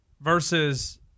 versus